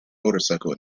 motorcycle